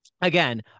Again